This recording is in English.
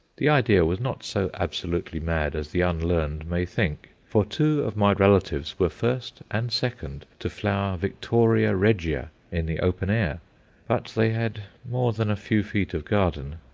the idea was not so absolutely mad as the unlearned may think, for two of my relatives were first and second to flower victoria regia in the open-air but they had more than a few feet of garden.